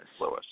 Lewis